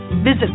Visit